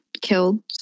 killed